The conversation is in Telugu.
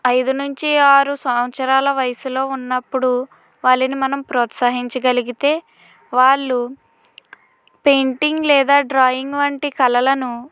ఐదు నుంచి ఆరు సంవత్సరాల వయసులో ఉన్నప్పుడు వాళ్ళని మనం ప్రోత్సహించగలిగితే వాళ్ళు పెయింటింగ్ లేదా డ్రాయింగ్ వంటి కళలను